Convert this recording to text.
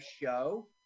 Show